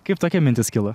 kaip tokia mintis kilo